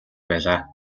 байлаа